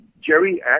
Jerry